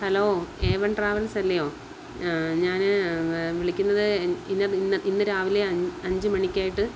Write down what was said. hello A one travels അല്ലയോ ഞാൻ വിളിക്കുന്നത് ഇന്ന് ഇന്ന് ഇന്ന് രാവിലെ അഞ്ച് മണിക്കായിട്ട്